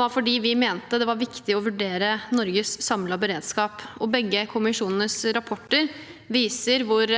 var fordi vi mente det var viktig å vurdere Norges samlede beredskap, og begge kommisjonenes rapporter viser hvor